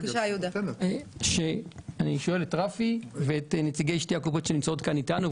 אני שואל את רפי ואת נציגי שתי הקופות שנמצאות כאן איתנו,